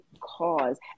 cause